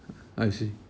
I see